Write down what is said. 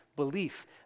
Belief